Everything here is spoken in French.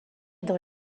dans